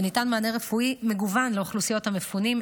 וניתן מענה רפואי מגוון לאוכלוסיות המפונים,